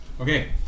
Okay